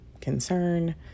concern